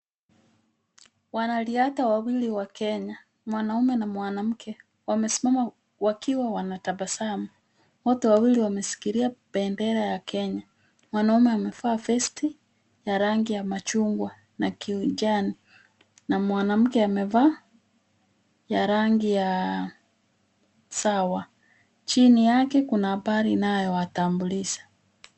Wanariadha wawili wa Kenya, mwanaume na mwanamke wamesimama wakiwa wanatabasamu. Wote wawili wameshikilia bendera ya Kenya. Mwanaume amevaa vest ya rangi ya machungwa na kiunjano na mwanamke amevaa ya rangi ya sawa. Chini yake kuna paa linayowatambulisha.